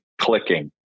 clicking